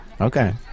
Okay